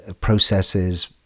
processes